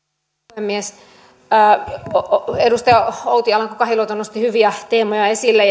puhemies edustaja outi alanko kahiluoto nosti hyviä teemoja esille